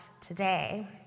today